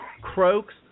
Croaks